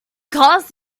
glass